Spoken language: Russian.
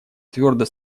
твердо